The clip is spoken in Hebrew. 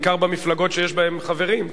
בעיקר במפלגות שיש בהן חברים,